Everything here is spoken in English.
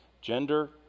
gender